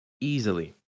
Easily